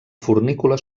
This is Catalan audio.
fornícula